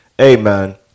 Amen